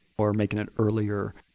or making it earlier,